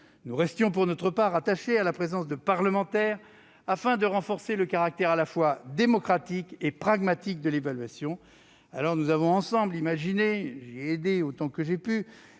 Nous restions pour notre part attachés à la présence de parlementaires afin de renforcer le caractère à la fois démocratique et pragmatique de l'évaluation. Alors, nous avons ensemble imaginé- j'ai aidé autant que j'ai pu